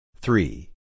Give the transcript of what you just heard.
three